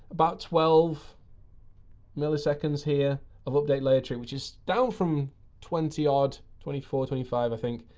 about twelve milliseconds here of update layer tree, which is down from twenty odd, twenty four, twenty five, i think,